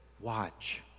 Watch